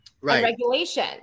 regulation